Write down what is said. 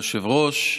כבוד היושב-ראש,